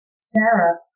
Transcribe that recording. Sarah